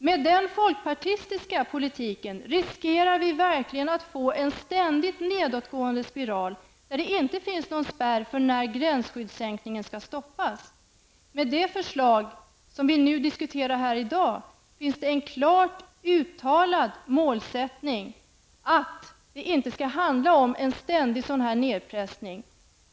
Med den folkpartistiska politiken riskerar vi verkligen att få en ständigt nedåtgående spiral, där det inte finns någon spärr för när gränsskyddssänkningen skall stoppas. Med det förslag vi nu diskuterar här i dag finns det en klart uttalad målsättning om att det inte skall handla om en sådan ständig nedpressning.